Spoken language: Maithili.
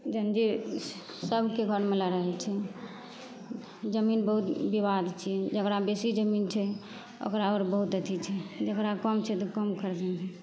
जमीन जे सबके घरमे लड़ाइ होइ छै जमीन बहुत बिबाद छियै जेकरा बेसी जमीन छै ओकरा आओर बहुत अथी छै जेकरा कम छै तऽ कम खर्च होइत छै